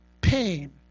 pain